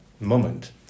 moment